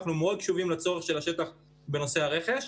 אנחנו מאוד קשובים לצורך של השטח בנושא הרכש.